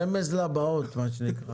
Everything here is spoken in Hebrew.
רמז לבאות, מה שנקרא